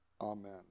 Amen